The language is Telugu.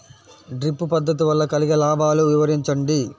డ్రిప్ పద్దతి వల్ల కలిగే లాభాలు వివరించండి?